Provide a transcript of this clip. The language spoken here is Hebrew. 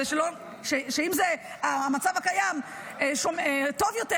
אם המצב הקיים טוב יותר,